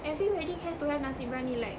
every wedding has to have nasi briyani like